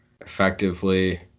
effectively